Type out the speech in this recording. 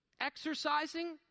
exercising